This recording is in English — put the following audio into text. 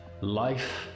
life